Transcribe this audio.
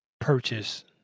purchase